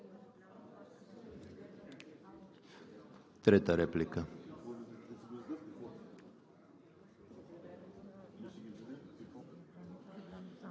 трета реплика.